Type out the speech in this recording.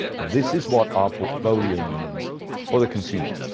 this is what our portfolio means for the consumer.